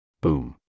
Boom